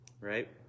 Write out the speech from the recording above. right